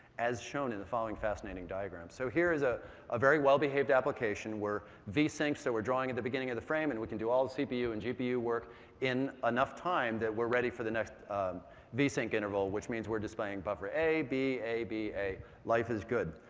as shown in the following fascinating diagram. so here is a a very well behaved application where vsync, so we're drawing at the beginning of the frame and can do all the cpu and gpu work in enough time that we're ready for the next vsync interval, which means we're displaying buffer a, b, a, b, a. life is good.